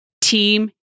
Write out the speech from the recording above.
team